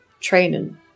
training